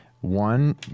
One